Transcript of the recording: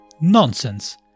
Nonsense